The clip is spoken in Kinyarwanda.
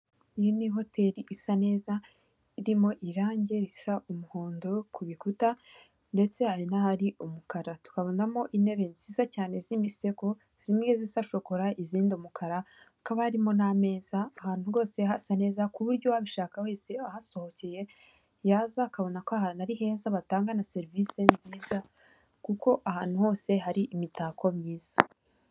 Iyi ni hoteli isa neza irimo irangi risa umuhondo ku bikuta ndetse hari n'ahari umukara tukabonamo intebe nziza cyane z'imisego zimwe ziza shokora izindi umukara hakaba harimo n'ameza ahantu hose hasa neza ku buryo uwabishaka wese ahasohokeye yaza akabona ko ahantu ari heza batanga na serivisi nziza kuko ahantu hose hari imitako myiza.